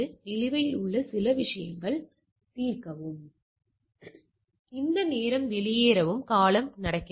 நிலுவையில் உள்ள சில விஷயங்களை தீர்க்கவும் இந்த நேரம் வெளியேறும் காலம் நடக்கிறது